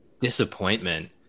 Disappointment